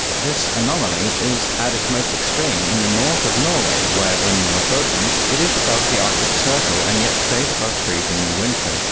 this anomaly is at its most extreme in the north of norway, where in lofoten, it is above the arctic circle, and yet stays above freezing in winter,